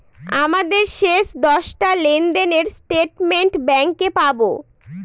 আমাদের শেষ দশটা লেনদেনের স্টেটমেন্ট ব্যাঙ্কে পাবো